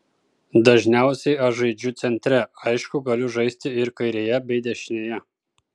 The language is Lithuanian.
dažniausiai aš žaidžiu centre aišku galiu žaisti ir kairėje bei dešinėje